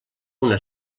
una